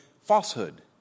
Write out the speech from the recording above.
falsehood